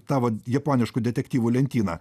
tavo japoniškų detektyvų lentyna